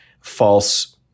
false